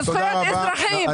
וזכויות אזרחים.